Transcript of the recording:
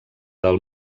del